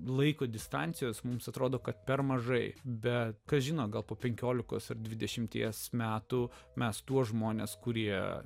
laiko distancijos mums atrodo kad per mažai bet kas žino gal po penkiolikos ar dvidešimties metų mes tuos žmones kurie